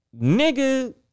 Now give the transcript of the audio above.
Nigga